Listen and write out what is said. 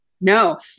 No